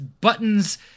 buttons